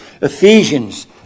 Ephesians